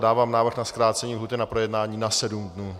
Dávám návrh na zkrácení lhůty na projednání na sedm dnů.